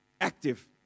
active